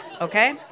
okay